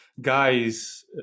guys